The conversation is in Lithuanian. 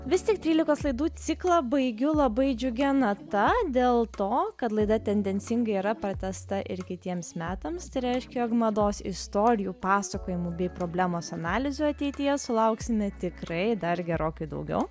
vis tik trylikos laidų ciklą baigiu labai džiugia nata dėlto kad laida tendencingai yra pratęsta ir kitiems metams tai reiškia jog mados istorijų pasakojimų bei problemos analizių ateityje sulauksime tikrai dar gerokai daugiau